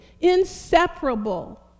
inseparable